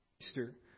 Easter